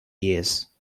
years